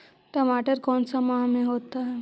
टमाटर कौन सा माह में होता है?